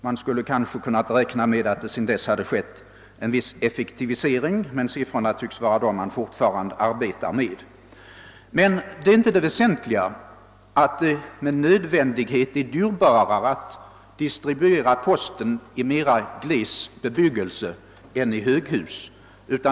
Man hade kanske räknat med att det sedan dess skett en viss effektivisering, men man tycks fortfarande arbeta med samma siffror. Men det väsentliga är inte att det med nödvändighet är dyrare att distribuera posten i mera gles bebyggelse än i höghus.